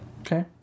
okay